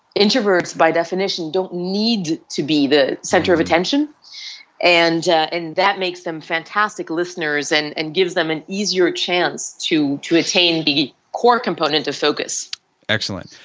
introverts by definition don't need to be the center of attention and and that makes them fantastic listeners and and gives them an easier chance to to attain the core component of focus excellent.